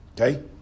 Okay